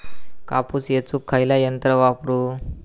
कापूस येचुक खयला यंत्र वापरू?